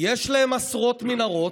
יש להם עשרות מנהרות.